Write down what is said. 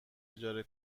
اجاره